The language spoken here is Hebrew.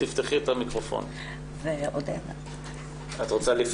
לא שומעים אותך.